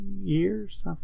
years